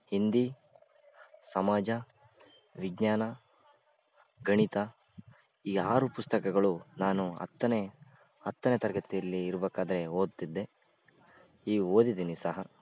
ಹಿಂದಿ ಸಮಾಜ ವಿಜ್ಞಾನ ಗಣಿತ ಈ ಆರು ಪುಸ್ತಕಗಳು ನಾನು ಹತ್ತನೇ ಹತ್ತನೇ ತರಗತಿಯಲ್ಲಿ ಇರ್ಬಕಾದರೆ ಓದ್ತಿದ್ದೆ ಈ ಓದಿದ್ದೀನಿ ಸಹ